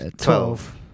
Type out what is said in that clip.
Twelve